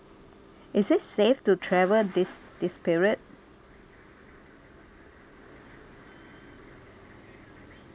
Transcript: is it safe to travel this this period